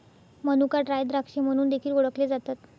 मनुका ड्राय द्राक्षे म्हणून देखील ओळखले जातात